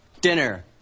Dinner